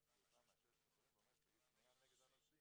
ושחברת התעופה מאששת את הדברים ואומרת שתגיש תלונה נגד הנוסעים.